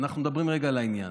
אנחנו מדברים רגע לעניין.